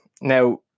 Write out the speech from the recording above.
Now